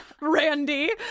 Randy